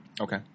Okay